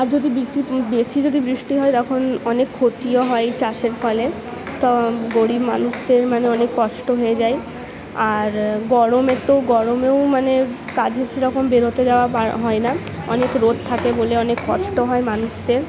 আর যদি বেশি যদি বৃষ্টি হয় তখন অনেক ক্ষতিও হয় চাষের ফলে তো গরিব মানুষদের মানে অনেক কষ্ট হয়ে যায় আর গরমে তো গরমেও মানে কাজে সেরকম বেরোতে যাওয়া হয় না অনেক রোদ থাকে বলে অনেক কষ্ট হয় মানুষদের